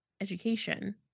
education